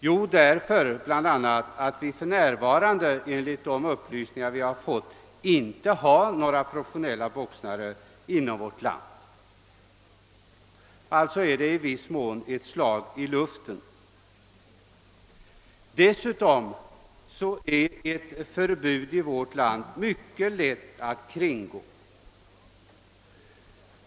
Jo, bl.a. därför att vi enligt upplysningar som vi har fått för närvarande inte har några professionella boxare inom vårt land. Alltså är detta förbud i viss mån ett slag i luften. Ett förbud i vårt land är dessutom mycket lätt att kringgå.